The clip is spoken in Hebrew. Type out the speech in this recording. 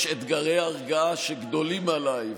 יש אתגרי הרגעה שגדולים עליי.